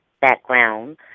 background